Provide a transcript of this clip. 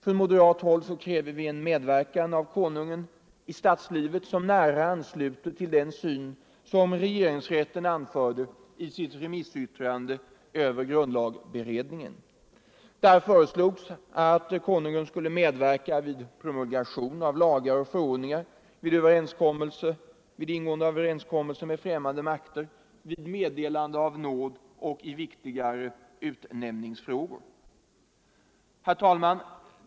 Från moderat håll kräver vi en medverkan av konungen i statslivet i nära anslutning till vad regeringsrätten anförde i sitt remissyttrande över grundlagberedningens betänkande. I detta yttrande föreslogs att konungen skulle medverka vid promulgation av lagar och förordningar, vid ingående av överenskommelse med främmande makter, vid meddelande av nåd och i viktigare utnämningsfrågor. Herr talman!